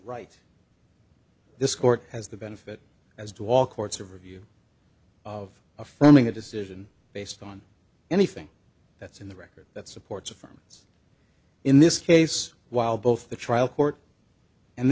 right this court has the benefit as do all courts of review of affirming the decision based on anything that's in the record that supports affirms in this case while both the trial court and